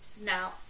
now